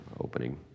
opening